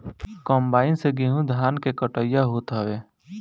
combine से गेंहू धान के कटिया होत हवे